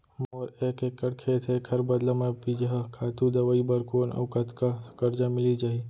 मोर एक एक्कड़ खेत हे, एखर बदला म बीजहा, खातू, दवई बर कोन अऊ कतका करजा मिलिस जाही?